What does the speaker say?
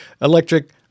electric